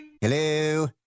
Hello